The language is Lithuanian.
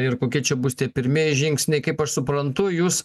ir kokie čia bus tie pirmieji žingsniai kaip aš suprantu jūs